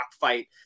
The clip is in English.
fight